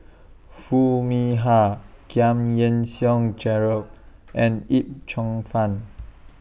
Foo Mee Har Giam Yean Song Gerald and Yip Cheong Fun